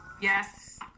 yes